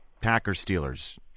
Packers-Steelers